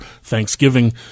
Thanksgiving